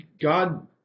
God